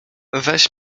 weź